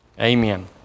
Amen